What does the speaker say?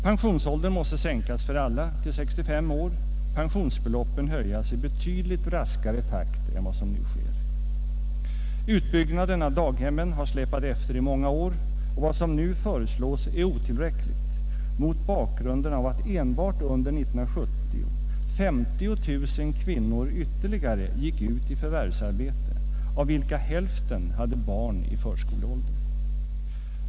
Pensionsåldern måste sänkas för alla till 65 år, pensionsbeloppen höjas i betydligt raskare takt än vad som nu sker. Utbyggnaden av daghemmen har släpat efter i många år och vad som nu föreslås är otillräckligt mot bakgrunden av att enbart under 1970 ytterligare 50 000 kvinnor gick ut i förvärvsarbete av vilka hälften hade barn i förskoleåldern.